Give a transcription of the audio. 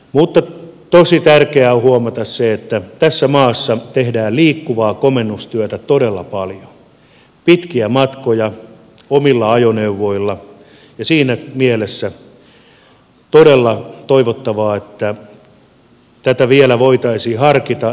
mutta tosi tärkeää on huomata se että tässä maassa tehdään liikkuvaa komennustyötä todella paljon pitkiä matkoja omilla ajoneuvoilla ja siinä mielessä on todella toivottavaa että tätä vielä voitaisiin harkita